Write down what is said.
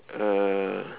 uh